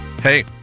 Hey